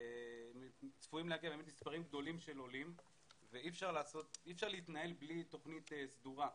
צפויים להגיע מספרים גדולים של עולים ואי אפשר להתנהל בלי תוכנית סדורה.